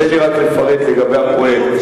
תן לי רק לפרט לגבי הפרויקט.